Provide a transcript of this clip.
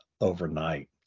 overnight